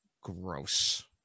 gross